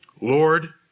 Lord